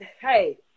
hey